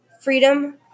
freedom